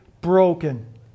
broken